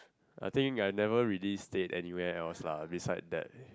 I think I never really stayed anywhere else lah beside that